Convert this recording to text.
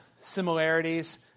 similarities